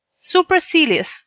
supercilious